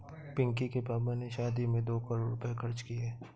पिंकी के पापा ने शादी में दो करोड़ रुपए खर्च किए